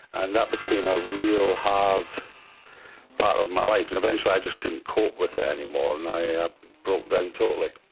and that became a real hard part of my life and eventually i just couldn't cope with it anymore and i ah broke down totally.